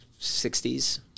60s